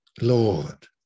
Lord